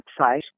website